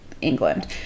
England